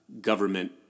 government-